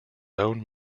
own